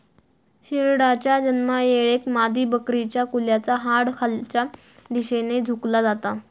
शेरडाच्या जन्मायेळेक मादीबकरीच्या कुल्याचा हाड खालच्या दिशेन झुकला जाता